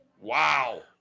wow